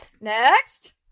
Next